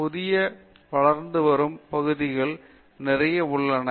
புதிய வளர்ந்து வரும் பகுதிகளில் நிறைய உள்ளன